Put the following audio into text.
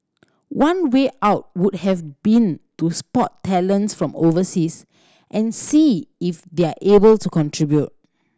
one way out would have been to spot talents from overseas and see if they're able to contribute